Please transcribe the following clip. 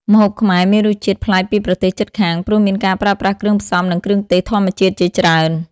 ម្ហូបខ្មែរមានរសជាតិប្លែកពីប្រទេសជិតខាង ព្រោះមានការប្រើប្រាស់គ្រឿងផ្សំ និងគ្រឿងទេសធម្មជាតិជាច្រើន។